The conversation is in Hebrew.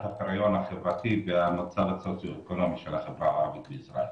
הפריון החברתי והמצב הסוציואקונומי של החברה הערבית בישראל.